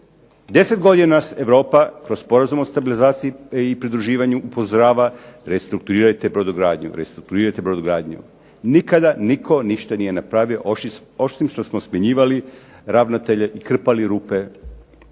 10 godina Europa kroz Sporazum o stabilizaciji i pridruživanju upozorava restrukturirajte brodogradnju, restrukturirajte brodogradnju. Nikada nitko ništa nije napravio, osim što smo smjenjivali ravnatelje i krpali rupe.